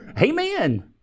Amen